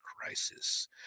crisis